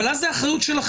אבל אז זו אחריות שלכם.